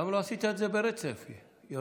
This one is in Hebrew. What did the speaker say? למה לא עשית את זה ברצף, יוראי?